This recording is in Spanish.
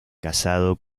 casado